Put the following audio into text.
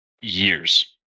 years